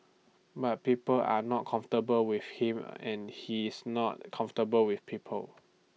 but people are not comfortable with him and he is not comfortable with people